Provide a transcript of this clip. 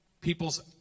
People's